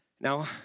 Now